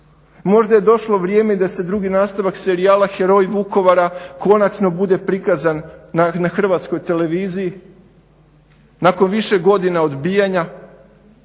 Možda je došlo vrijeme da se drugi nastavak serijala "Heroji Vukovara" konačno bude prikazan na Hrvatskoj televiziji nakon više godina odbijanja.